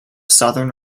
southern